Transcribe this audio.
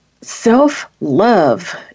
self-love